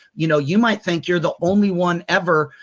you know, you might think you're the only one ever,